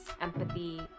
empathy